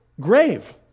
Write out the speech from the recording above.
grave